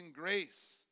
grace